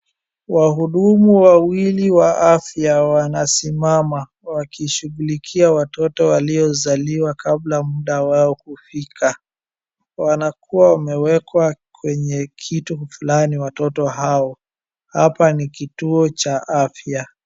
Wahudumu wawili wa afya wanasimama wakishughulikia watoto walio zaliwa kabla muda wao kufika. Wanakuwa wamewekwa kwenye kitu fulani watoto hao. Hapa ni kituo cha afya.